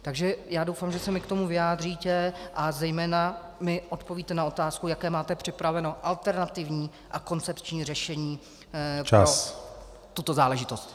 Takže doufám, že se mi k tomu vyjádříte a zejména mi odpovíte na otázku, jaké máte připraveno alternativní a koncepční řešení pro tuto záležitost.